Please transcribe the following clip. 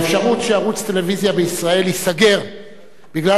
האפשרות שערוץ טלוויזיה בישראל ייסגר בגלל